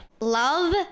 Love